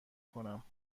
کنم